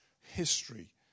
history